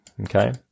Okay